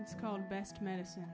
it's called best medicine